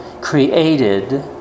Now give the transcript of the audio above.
created